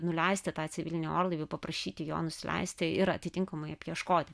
nuleisti tą civilinį orlaivį paprašyti jo nusileisti ir atitinkamai apieškoti